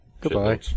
Goodbye